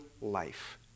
life